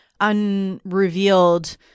unrevealed